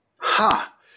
Ha